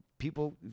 People